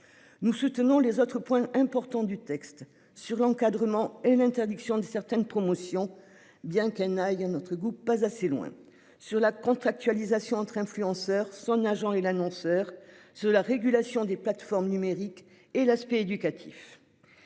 Nous soutenons les autres points importants du texte sur l'encadrement et l'interdiction de certaines promotions, bien qu'elle n'aille à notre goût, pas assez loin sur la contractualisation entre influenceurs son agent et l'annonceur sur la régulation des plateformes numériques et l'aspect éducatif.